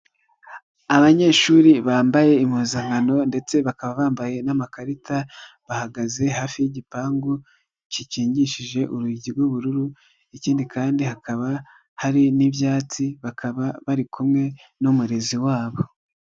Abanyeshuri bambaye impuzankano ndetse bakaba bambaye n'amakarita, bahagaze hafi y'igipangu gikingishije urugi rw'ubururu ikindi kandi hakaba hari n'ibyatsi bakaba bari kumwe n'umurezi wabo.